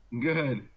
good